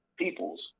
peoples